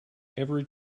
every